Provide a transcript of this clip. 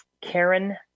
Karen